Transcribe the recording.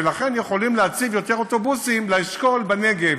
ולכן יכולים להציב יותר אוטובוסים לאשכול בנגב